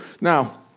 Now